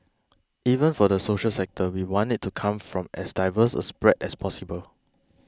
even for the social sector we want it to come from as diverse a spread as possible